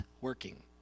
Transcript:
working